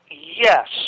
Yes